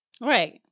Right